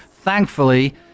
thankfully